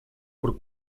por